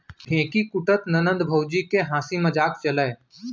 ढेंकी कूटत ननंद भउजी के हांसी मजाक चलय